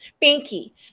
Pinky